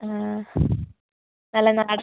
നല്ല നാടൻ